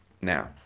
Now